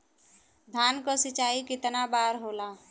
धान क सिंचाई कितना बार होला?